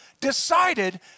decided